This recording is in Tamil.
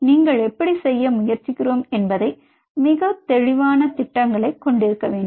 நீங்கள் எப்படி செய்ய முயற்சிக்கிறோம் என்பதை மிகத் தெளிவான திட்டங்களைக் கொண்டிருக்க வேண்டும்